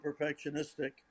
perfectionistic